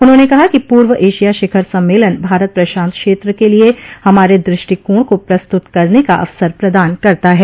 उन्होंने कहा कि पूर्व एशिया शिखर सम्मेलन भारत प्रशांत क्षेत्र के लिए हमारे दृष्टिकोण को प्रस्तुत करने का अवसर प्रदान करता है